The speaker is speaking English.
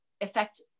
affect